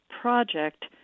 Project